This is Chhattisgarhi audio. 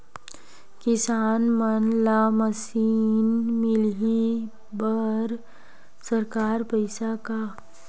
किसान मन ला मशीन मिलही बर सरकार पईसा का?